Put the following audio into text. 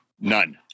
None